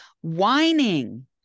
Whining